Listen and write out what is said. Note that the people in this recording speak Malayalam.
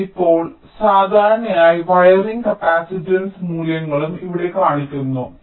ഇപ്പോൾ സാധാരണയായി വയറിംഗ് കപ്പാസിറ്റൻസ് മൂല്യങ്ങളും ഇവിടെ കാണിക്കുന്നു